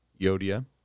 Yodia